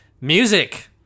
music